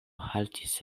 haltis